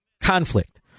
conflict